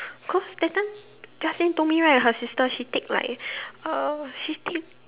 cause that time Jia Xin told me right her sister she take like uh she take